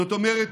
זאת אומרת,